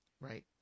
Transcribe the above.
right